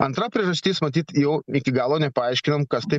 antra priežastis matyt jau iki galo nepaaiškinam kas tai